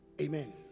Amen